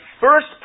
first